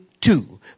two